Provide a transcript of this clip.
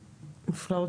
נפחא,